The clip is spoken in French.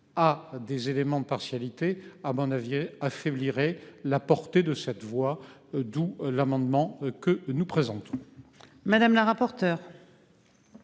À des éléments de partialité à mon avis elle affaiblirait la portée de cette voie. D'où l'amendement que nous présentons.